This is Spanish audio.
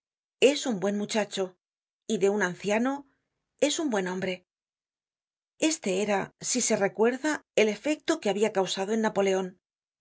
es un buen muchacho y de un anciano es un buen hombre este era si se recuerda el efecto que habia causado en napoleon